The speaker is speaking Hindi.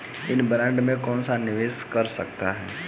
इस बॉन्ड में कौन निवेश कर सकता है?